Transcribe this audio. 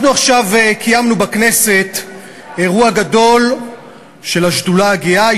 אנחנו עכשיו קיימנו בכנסת אירוע גדול של השדולה הגאה,